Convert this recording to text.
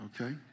okay